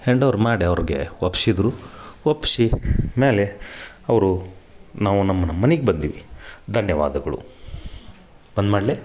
hand over ಮಾಡಿ ಅವ್ರ್ಗೆ ಒಪ್ಸಿದರು ಒಪ್ಪಸಿ ಮೇಲೆ ಅವರು ನಾವು ನಮ್ಮ ನಮ್ಮ ಮನಿಗೆ ಬಂದ್ವಿ ಧನ್ಯವಾದಗಳು ಬಂದ್ ಮಾಡಲೇ